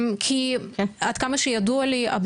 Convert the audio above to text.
כי עד כמה שידוע לי,